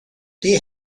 they